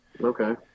okay